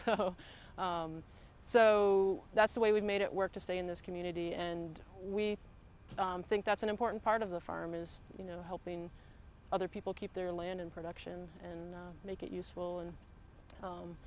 purchase so that's the way we've made it work to stay in this community and we think that's an important part of the farm is you know helping other people keep their land and production and make it useful and